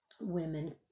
women